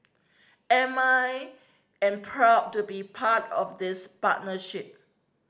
and I am proud to be part of this partnership